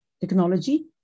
technology